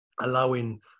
allowing